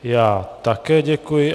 Já také děkuji.